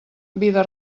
vida